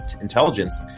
intelligence